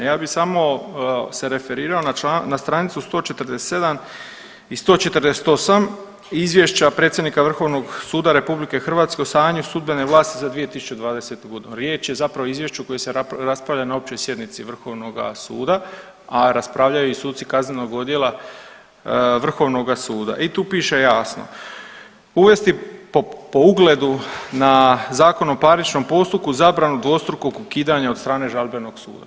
Ja bih samo se referirao na čl., na stranicu 147 i 148 Izvješća predsjednika Vrhovnog suda RH o stanju sudbene vlasti za 2020. g. Riječ je zapravo o izvješću koje se raspravlja na Općoj sjednici Vrhovnoga suda, a raspravljaju i suci Kaznenog odjela Vrhovnoga suda i tu piše jasno, uvesti po ugledu na ZPP zabranu dvostrukog ukidanja od strane žalbenog suda.